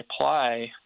apply